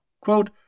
Quote